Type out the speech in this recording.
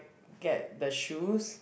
get the shoes